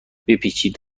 بپیچید